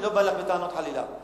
אני לא בא אלייך בטענות, חלילה.